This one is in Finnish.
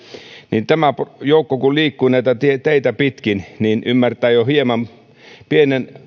niin tämä joukko kun liikkuu näitä teitä pitkin niin ymmärtää jo hieman saa pienen